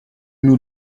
nous